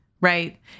right